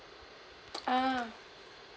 uh